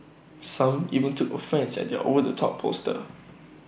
some even took offence at their over the top poster